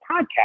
podcast